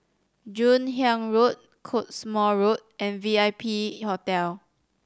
Joon Hiang Road Cottesmore Road and V I P Hotel